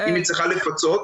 אם היא צריכה לפצות,